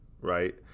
right